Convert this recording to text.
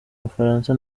bufaransa